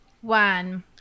One